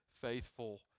faithful